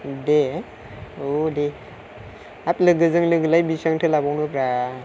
दे औ दे हाब लोगोजों लोगोलाय बेसेबांथो लाबावनो ब्रा